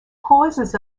causes